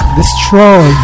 destroy